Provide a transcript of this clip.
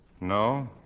No